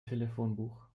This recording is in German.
telefonbuch